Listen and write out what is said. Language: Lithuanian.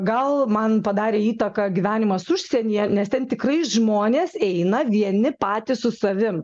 gal man padarė įtaką gyvenimas užsienyje nes ten tikrai žmonės eina vieni patys su savim